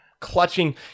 Clutching